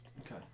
Okay